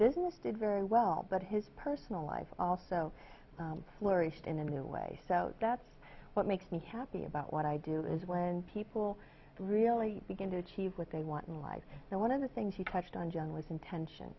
business did very well but his personal life also flourished in a new way so that's what makes me happy about what i do is when people really begin to achieve what they want in life and one of the things you touched on john was in tension